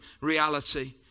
reality